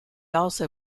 also